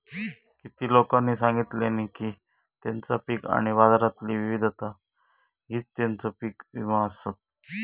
किती लोकांनी सांगल्यानी की तेंचा पीक आणि बाजारातली विविधता हीच तेंचो पीक विमो आसत